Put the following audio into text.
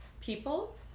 people